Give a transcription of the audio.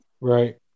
Right